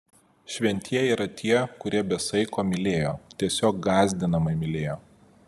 šventieji yra tie kurie be saiko mylėjo tiesiog gąsdinamai mylėjo